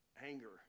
anger